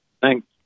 Thanks